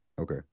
Okay